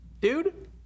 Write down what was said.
Dude